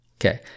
Okay